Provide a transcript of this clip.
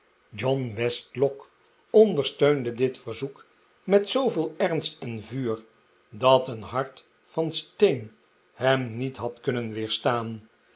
john westlock ondersteunde dit verzoek met zooveel ernst en vuur dat een hart van steen hem niet had kunnen